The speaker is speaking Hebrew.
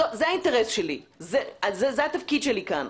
זה האינטרס שלי, זה התפקיד שלי כאן.